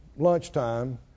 lunchtime